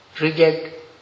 reject